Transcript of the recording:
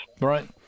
Right